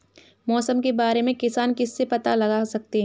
मौसम के बारे में किसान किससे पता लगा सकते हैं?